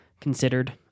considered